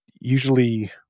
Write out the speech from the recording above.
usually